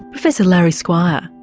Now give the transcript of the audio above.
professor larry squire.